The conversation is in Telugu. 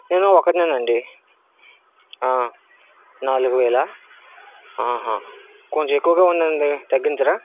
నేను ఒకడినే అండీ నాలుగువేల ఆహా కొంచెం ఎక్కువగా ఉందండి తగ్గించరా